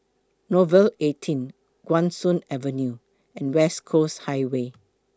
Nouvel eighteen Guan Soon Avenue and West Coast Highway